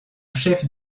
chef